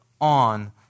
on